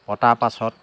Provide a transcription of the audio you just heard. পতাৰ পাছত